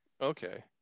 Okay